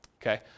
okay